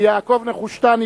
ויעקב נחושתן,